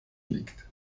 liegt